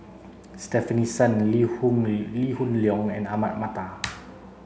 Stefanie Sun Lee Hoon Lee Lee Hoon Leong and Ahmad Mattar